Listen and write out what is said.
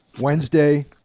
Wednesday